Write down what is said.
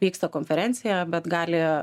vyksta konferencija bet gali